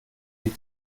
die